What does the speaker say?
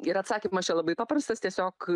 ir atsakymas čia labai paprastas tiesiog